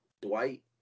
Dwight